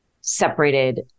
separated